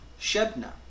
Shebna